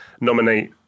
nominate